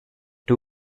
two